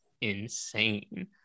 insane